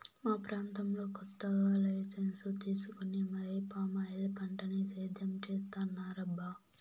మా ప్రాంతంలో కొత్తగా లైసెన్సు తీసుకొని మరీ పామాయిల్ పంటని సేద్యం చేత్తన్నారబ్బా